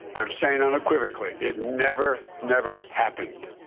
i'm saying unequivocally it never, never happened.